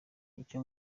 icya